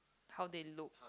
how they look